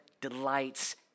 delights